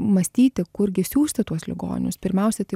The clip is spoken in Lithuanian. mąstyti kurgi siųsti tuos ligonius pirmiausia tai